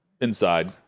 inside